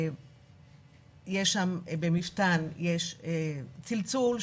במפתן יש צלצול,